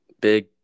Big